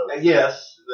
Yes